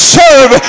serve